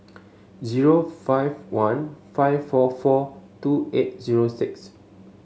zero five one five four four two eight zero six